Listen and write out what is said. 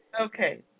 Okay